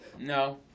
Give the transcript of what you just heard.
No